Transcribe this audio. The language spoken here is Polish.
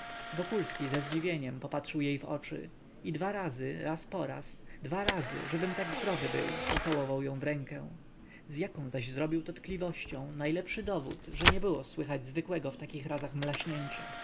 wokulski ze zdziwieniem popatrzył jej w oczy i dwa razy razporaz dwa razy żebym tak zdrów był pocałował ją w rękę z jaką zaś zrobił to tkliwością najlepszy dowód że nie było słychać zwykłego w takich razach mlaśnięcia ach